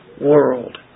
world